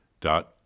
dot